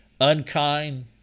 unkind